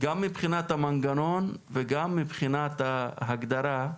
גם מבחינת המנגנון וגם מבחינת ההגדרה,